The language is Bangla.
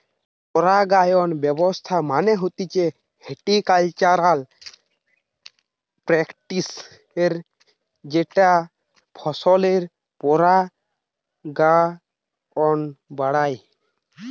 পরাগায়ন ব্যবস্থা মানে হতিছে হর্টিকালচারাল প্র্যাকটিসের যেটা ফসলের পরাগায়ন বাড়ায়